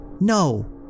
no